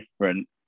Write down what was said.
different